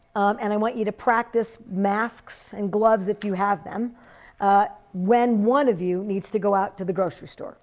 and i want you to practice masks and gloves if you have them when one of you needs to go out to the grocery store